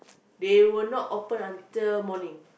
they will not open until morning